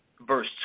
Verse